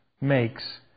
makes